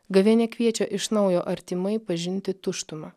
gavėnia kviečia iš naujo artimai pažinti tuštumą